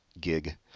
gig